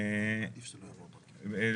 עמדת הייעוץ המשפטי, הייתה ולא השתנתה.